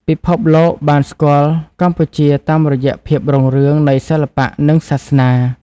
ពិភពលោកបានស្គាល់កម្ពុជាតាមរយៈភាពរុងរឿងនៃសិល្បៈ និងសាសនា។